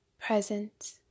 present